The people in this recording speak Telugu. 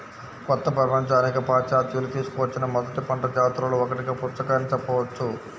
కొత్త ప్రపంచానికి పాశ్చాత్యులు తీసుకువచ్చిన మొదటి పంట జాతులలో ఒకటిగా పుచ్చకాయను చెప్పవచ్చు